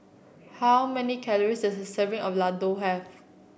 how many calories does serving of Ladoo have